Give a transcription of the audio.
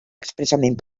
expressament